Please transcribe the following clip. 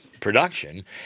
Production